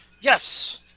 Yes